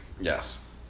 yes